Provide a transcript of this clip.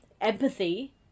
empathy